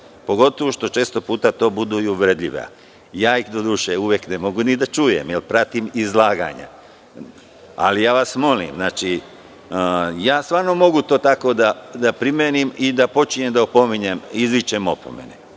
pogotovo što često puta budu i uvredljive, doduše, uvek ne mogu ni čuti jer pratim izlaganja, ali ja vas molim, stvarno mogu to tako da primenim i da počinjem da opominjem, izričem opomene,